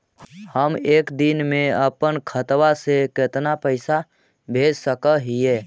हम एक दिन में अपन खाता से कितना पैसा भेज सक हिय?